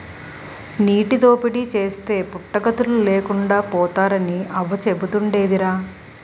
నీటి దోపిడీ చేస్తే పుట్టగతులు లేకుండా పోతారని అవ్వ సెబుతుండేదిరా